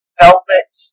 velvet